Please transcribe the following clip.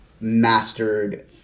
mastered